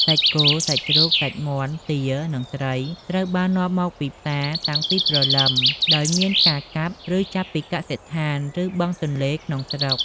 សាច់គោ សាច់ជ្រូក សាច់មាន់ ទា និងត្រី ត្រូវបាននាំមកផ្សារតាំងពីព្រលឹម ដោយមានការកាប់ ឬចាប់ពីកសិដ្ឋាន ឬបឹងទន្លេក្នុងស្រុក។